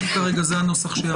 כרגע זה הנוסח שיהיה.